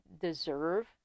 deserve